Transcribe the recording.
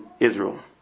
Israel